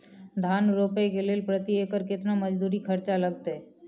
धान रोपय के लेल प्रति एकर केतना मजदूरी खर्चा लागतेय?